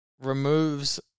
removes